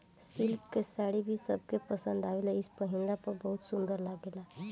silk के साड़ी भी सबके पसंद आवेला इ पहिनला पर बहुत सुंदर लागेला